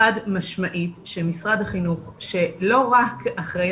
חד משמעית שמשרד החינוך שלא רק אחראי